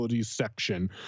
section